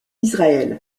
israël